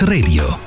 Radio